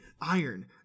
Iron